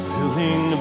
Filling